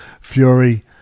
fury